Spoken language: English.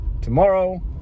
tomorrow